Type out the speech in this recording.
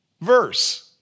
verse